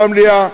במליאה,